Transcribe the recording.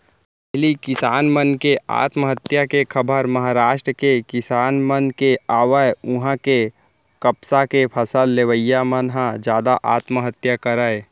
पहिली किसान मन के आत्महत्या के खबर महारास्ट के किसान मन के आवय उहां के कपसा के फसल लेवइया मन ह जादा आत्महत्या करय